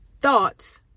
thoughts